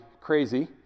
crazy